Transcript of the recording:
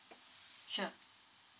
sure